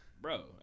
bro